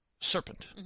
serpent